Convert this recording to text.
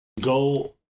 go